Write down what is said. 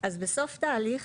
אז בסוף תהליך